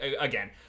again